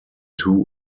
two